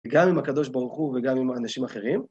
גם עם הקדוש ברוך הוא וגם עם האנשים האחרים.